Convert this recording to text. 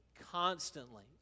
constantly